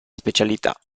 specialità